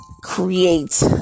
create